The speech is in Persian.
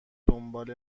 دنبال